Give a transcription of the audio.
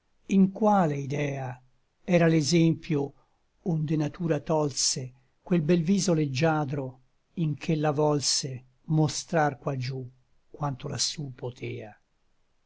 in quale ydea era l'exempio onde natura tolse quel bel viso leggiadro in ch'ella volse mostrar qua giú quanto lassú potea